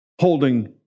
holding